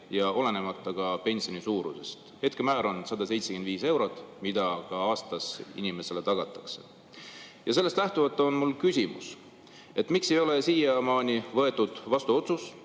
ja olenemata pensioni suurusest. Hetke määr on 175 eurot, mis aastas inimesele tagatakse. Sellest lähtuvalt on mul küsimus. Miks ei ole siiamaani võetud vastu otsust,